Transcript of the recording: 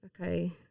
okay